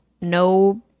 no